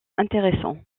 intéressants